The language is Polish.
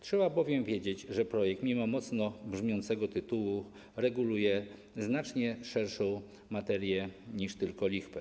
Trzeba bowiem wiedzieć, że projekt mimo mocno brzmiącego tytułu reguluje znacznie szerszą materię niż tylko lichwa.